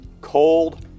cold